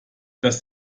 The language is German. das